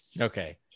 Okay